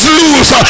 lose